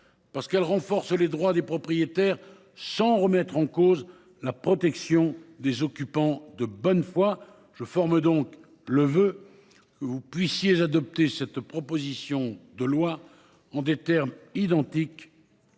parce qu'elle renforce les droits des propriétaires sans remettre en cause la protection des occupants de bonne foi. Je forme donc le voeu. Vous puissiez adopter cette proposition de loi en des termes identiques.